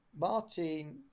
martin